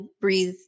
breathe